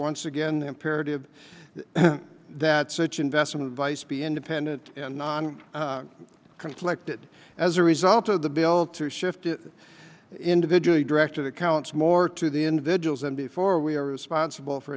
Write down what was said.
once again the imperative that such investment advice be independent and not conflicted as a result of the bill to shift it individually directed accounts more to the individuals and before we are responsible for